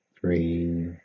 three